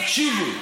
תקשיבו.